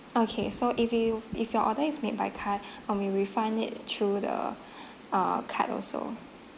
okay so if you if your order is made by card I will refund it through the uh card also